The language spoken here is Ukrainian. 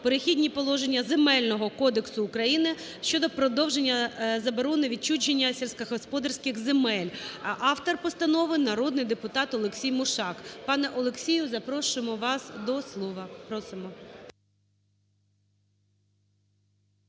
"Перехідні положення" Земельного кодексу України" щодо продовження заборони відчуження сільськогосподарських земель. Автор постанови – народний депутат Олексій Мушак. Пане Олексію, запрошуємо вас до слова. Просимо.